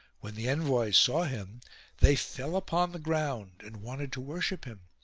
when the envoys saw him they fell upon the ground and wanted to worship him.